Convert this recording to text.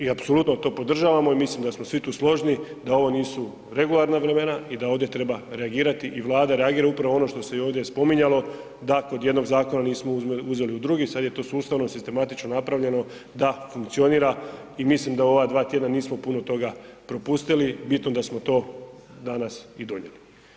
I apsolutno to podržavamo i mislim da smo svi tu složni da ovo nisu regularna vremena i da ovdje treba reagirati i Vlada reagira, upravo ono što se ovdje i spominjalo, da kod jednog zakona nismo uzeli u drugi, sad je to sustavno, sistematično napravljeno da funkcionira i mislim da u ovih 2 tjedna nismo puno toga propustili, bitno da smo to danas i donijeli.